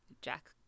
Jack